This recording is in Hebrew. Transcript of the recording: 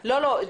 לא, לא,